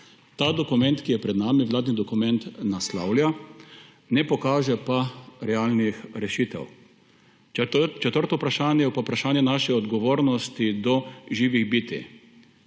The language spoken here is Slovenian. Ta dokument, ki je pred nami, vladni dokument, naslavlja, ne pokaže pa realnih rešitev. Četrto vprašanje je pa vprašanje naše odgovornosti do živih bitij,